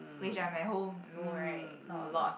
which I'm at home no right not a lot